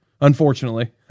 Unfortunately